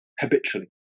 habitually